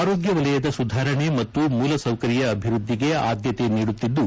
ಆರೋಗ್ಯ ವಲಯದ ಸುಧಾರಣೆ ಮತ್ತು ಮೂಲ ಸೌಕರ್ಯ ಅಭಿವೃದ್ಧಿಗೆ ಆದ್ಯತೆ ನೀಡುತ್ತಿದ್ದು